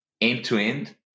end-to-end